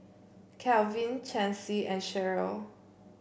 Kalvin Chancey and Sheryll